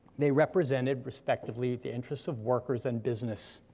they represented respectively, the interests of workers and business,